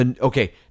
Okay